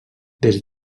des